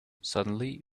suddenly